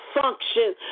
function